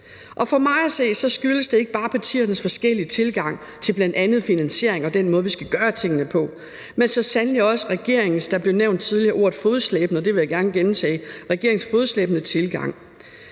Og for mig at se skyldes det ikke bare partiernes forskellige tilgang til bl. a. finansiering og den måde, vi skal gøre tingene på, men så sandelig også regeringens fodslæbende tilgang – ordet fodslæbende blev